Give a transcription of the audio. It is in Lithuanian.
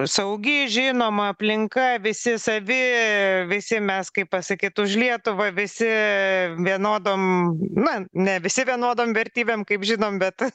saugi žinoma aplinka visi savi visi mes kaip pasakyt už lietuvą visi vienodom na ne visi vienodom vertybėm kaip žinom bet